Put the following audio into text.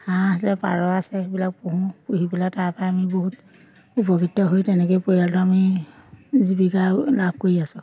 হাঁহ আছে পাৰ আছে সেইবিলাক পুহোঁ পুহি পেলাই তাৰপৰা আমি বহুত উপকৃত হৈ তেনেকেই পৰিয়ালটো আমি জীৱিকা লাভ কৰি আছোঁ